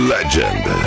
Legend